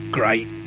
great